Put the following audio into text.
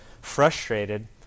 frustrated